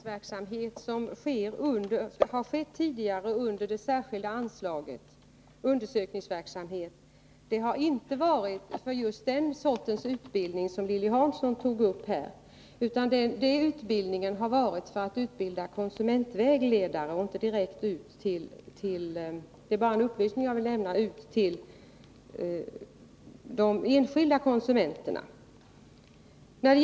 Herr talman! Konsumentverkets utbildningsverksamhet, som tidigare har skett genom det särskilda anslaget Undersökningsverksamhet, har inte gällt den sorts utbildning som Lilly Hansson tog upp här. Den har gällt utbildning av konsumentvägledare och inte utbildning som vänt sig direkt till de enskilda konsumenterna.